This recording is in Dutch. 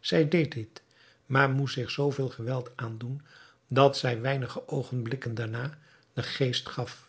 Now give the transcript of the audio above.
zij deed dit maar moest zich zoo veel geweld aandoen dat zij weinige oogenblikken daarna den geest gaf